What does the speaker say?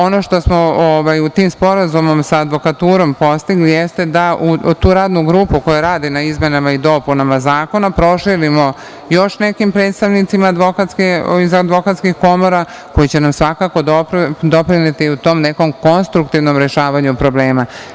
Ono što smo u tom sporazumu sa advokaturom postigli jeste da u tu Radnu grupu koja radi na izmenama i dopunama zakona, proširimo još nekim predstavnicima iz advokatskih komora, koji će nam svakako doprineti u tom nekom konstruktivnom rešavanju problema.